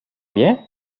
bien